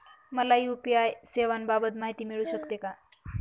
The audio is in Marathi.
मला यू.पी.आय सेवांबाबत माहिती मिळू शकते का?